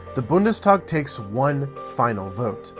the bundestag takes one final vote.